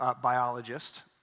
biologist